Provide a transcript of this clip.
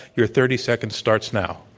your thirty seconds starts now.